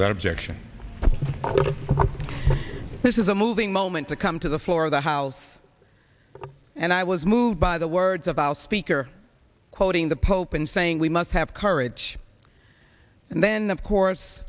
that objection this is a moving moment to come to the floor of the house and i was moved by the words of the house speaker quoting the pope and saying we must have courage and then of course